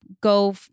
go